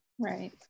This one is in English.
Right